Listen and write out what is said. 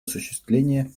осуществления